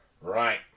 Right